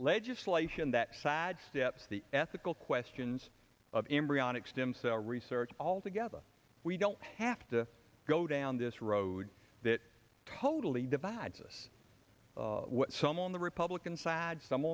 legislation that sidesteps the ethical questions of embryonic stem cell research altogether we don't have to go down this road that totally divides us what some on the republican side some